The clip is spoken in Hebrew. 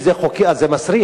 אם זה חוקי אז זה מסריח,